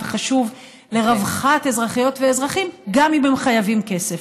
חשוב לרווחת אזרחיות ואזרחים גם אם הם חייבים כסף.